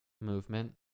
movement